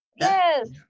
yes